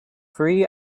free